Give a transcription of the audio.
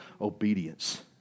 Obedience